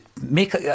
make